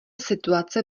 situace